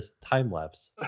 time-lapse